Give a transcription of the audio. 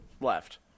left